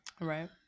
right